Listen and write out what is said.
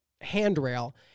handrail